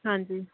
ਹਾਂਜੀ